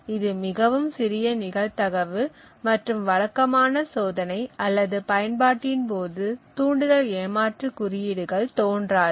இது மிகவும் சிறிய நிகழ்தகவு மற்றும் வழக்கமான சோதனை அல்லது பயன்பாட்டின் போது தூண்டுதல் ஏமாற்று குறியீடுகள் தோன்றாது